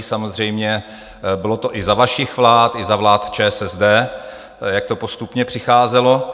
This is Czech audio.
Samozřejmě, bylo to i za vašich vlád, i za vlád ČSSD, jak to postupně přicházelo.